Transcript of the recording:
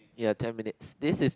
ya ten minutes this is